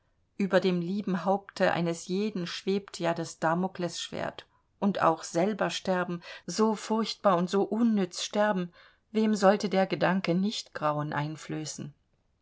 über dem lieben haupte eines jeden schwebt ja das damoklesschwert und auch selber sterben so furchtbar und so unnütz sterben wem sollte der gedanke nicht grauen einflößen